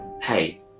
hey